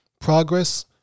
progress